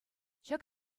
ҫак